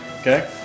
Okay